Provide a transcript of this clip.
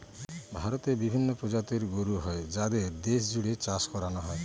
ভারতে বিভিন্ন প্রজাতির গরু হয় যাদের দেশ জুড়ে চাষ করানো হয়